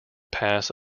pass